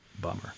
bummer